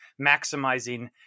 maximizing